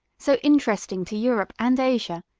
so interesting to europe and asia,